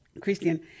Christian